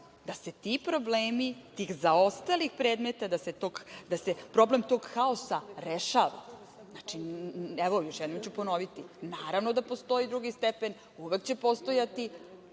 da se ti problemi, tih zaostalih predmeta, da se problem tog haosa rešava. Evo još jednom ću ponoviti, naravno da postoji drugi stepen, uvek će postojati,